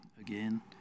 again